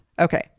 okay